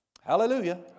Hallelujah